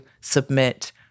submit